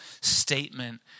statement